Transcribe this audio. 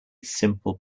simple